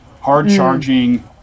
hard-charging